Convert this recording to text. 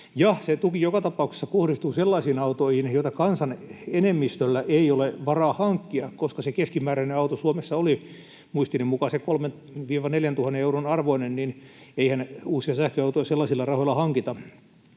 tuki joka tapauksessa kohdistuu sellaisiin autoihin, joita kansan enemmistöllä ei ole varaa hankkia: koska keskimääräinen auto Suomessa oli muistini mukaan sen 3 000—4 000 euron arvoinen, niin eihän uusia sähköautoja sellaisilla rahoilla hankita.